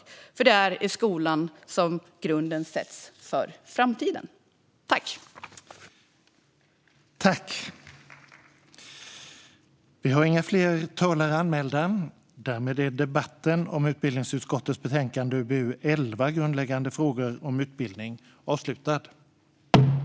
Det är nämligen i skolan som grunden för framtiden sätts.